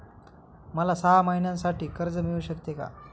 मला सहा महिन्यांसाठी कर्ज मिळू शकते का?